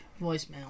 voicemail